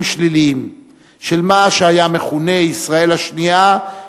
שליליים של מה שהיה מכונה "ישראל השנייה",